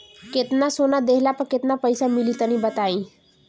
केतना सोना देहला पर केतना पईसा मिली तनि बताई?